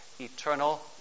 eternal